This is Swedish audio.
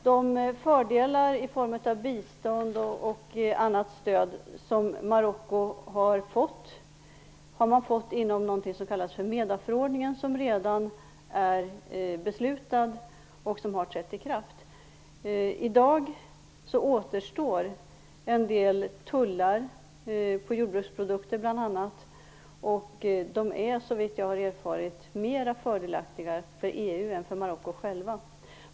De fördelar i form av bistånd och annat stöd som Marocko har fått har man fått inom något som kallas Medaförordningen som redan är beslutad och har trätt i kraft. I dag återstår en del tullar på jordbruksprodukter bl.a. De är såvitt jag erfarit mer fördelaktiga för EU än för Marocko.